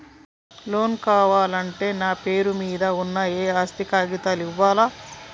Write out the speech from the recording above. Loan కావాలంటే నా పేరు మీద ఉన్న ఆస్తి కాగితాలు ఇయ్యాలా?